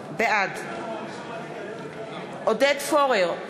בעד עודד פורר,